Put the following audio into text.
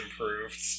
improved